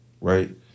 right